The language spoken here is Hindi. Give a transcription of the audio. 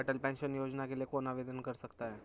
अटल पेंशन योजना के लिए कौन आवेदन कर सकता है?